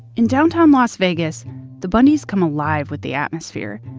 in downtown las vegas the bundys come alive with the atmosphere.